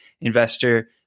investor